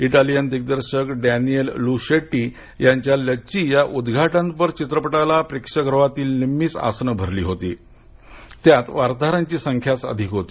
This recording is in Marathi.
इटालियन दिग्दर्शक डॅनियेल लुशेट्टी यांच्या लच्ची या उद्घाटनपर चित्रपटाला प्रेक्षागृहातील निम्मीच आसने भरली होती त्यात वार्ताहरांची संख्याच अधिक होती